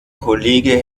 kollege